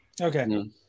Okay